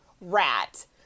rat